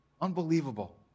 Unbelievable